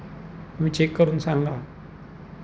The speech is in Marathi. तुम्ही चेक करून सांगा